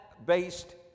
based